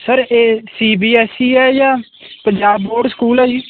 sir ਇਹ C B S E ਹੈ ਜਾਂ ਪੰਜਾਬ ਬੋਰਡ ਸਕੂਲ ਹੈ ਜੀ